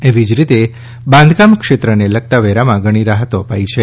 એવી જ રીતે બાંધકામ ક્ષેત્રને લગતા વેરામાં ઘણી રાહતો અપાઈ છે